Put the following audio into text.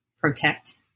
protect